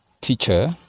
teacher